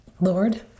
Lord